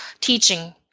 teaching